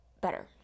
better